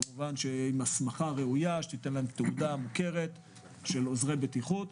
כמובן עם הסמכה ראויה שתיתן להם תעודה מוכרת של עוזרי בטיחות.